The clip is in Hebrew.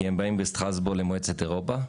כי הם באים למועצת אירופה,